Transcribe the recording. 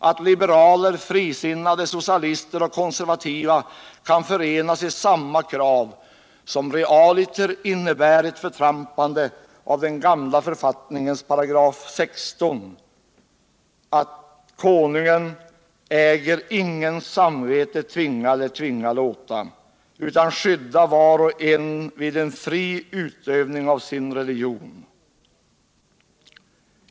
Att liberaler, frisinnade, socialister och konservativa kan förenas i samma krav som realiter innebär ett förtrampande av den gamla författningens § 16 att Konungen äger ingens samvete tvinga eller tvinga låta utan skydda var och en vid en fri utövning av sin religion.